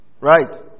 Right